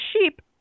sheep